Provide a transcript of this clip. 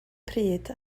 pryd